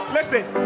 Listen